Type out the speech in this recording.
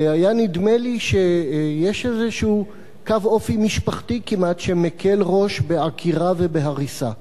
והיה נדמה לי שיש איזשהו קו אופי משפחתי כמעט שמקל ראש בעקירה ובהריסה,